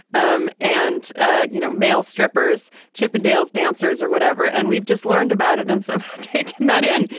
um and ah you know male strippers chippendales dancers or whatever and we've just learned about events of take that in.